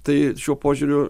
tai šiuo požiūriu